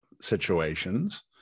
situations